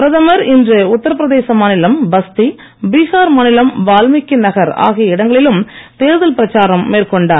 பிரதமர் இன்று உத்தரபிரதேச மாநிலம் பஸ்தி பீகார் மாநிலம் வால்மீகி நகர் ஆகிய இடங்களிலும் தேர்தல் பிரச்சாரம் மேற்கொண்டார்